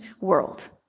world